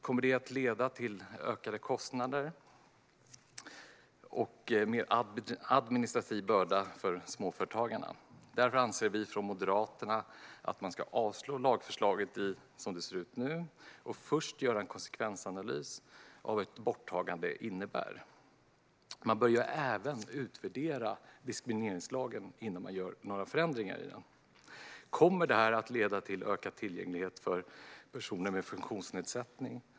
Kommer det att leda till ökade kostnader och en större administrativ börda för småföretagarna? Därför anser vi från Moderaterna att man ska avslå lagförslaget som det ser ut nu och först göra en konsekvensanalys av vad ett borttagande innebär. Man bör även utvärdera diskrimineringslagen innan man gör några förändringar i den. Kommer det här att leda till ökad tillgänglighet för personer med funktionsnedsättning?